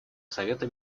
совета